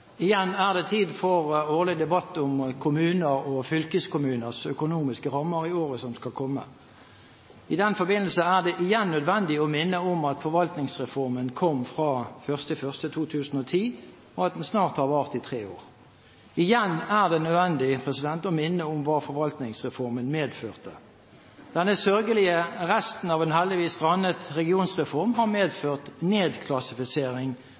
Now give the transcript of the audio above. det tid for den årlige debatten om kommuners og fylkeskommuners økonomiske rammer i året som kommer. I den forbindelse er det igjen nødvendig å minne om at forvaltningsreformen kom fra 1. januar 2010, og at den snart har vart i tre år. Igjen er det nødvendig å minne om hva forvaltningsreformen medførte. Denne sørgelige resten av en heldigvis strandet regionsreform har medført nedklassifisering